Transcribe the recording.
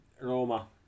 Roma